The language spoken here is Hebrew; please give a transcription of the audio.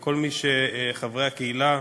ולכל חברי הקהילה,